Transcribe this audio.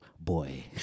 boy